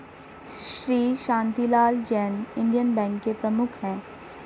Shri Shantilal Jain Indian bank के प्रमुख है